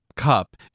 cup